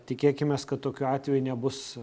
tikėkimės kad tokių atvejų nebus